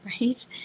right